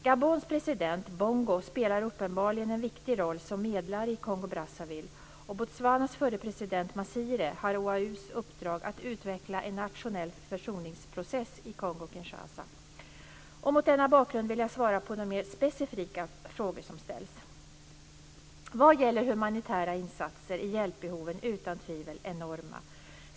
Gabons president Bongo spelar uppenbarligen en viktig roll som medlare i Kongo-Brazzaville och Botswanas förre president Masire har OAU:s uppdrag att utveckla en nationell försoningsprocess i Kongo-Kinshasa. Mot denna bakgrund vill jag svara på de mer specifika frågor som ställs. Vad gäller humanitära insatser är hjälpbehoven utan tvivel enorma.